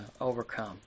overcome